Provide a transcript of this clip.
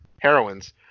heroines